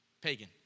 pagan